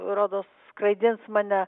rodos skraidins mane